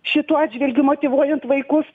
šituo atžvilgiu motyvuojant vaikus